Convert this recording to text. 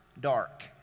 dark